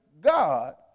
God